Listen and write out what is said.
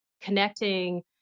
connecting